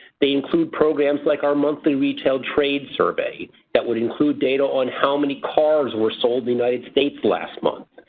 they include programs like our monthly retail trade survey that would include data on how many cars were sold in the united states last month.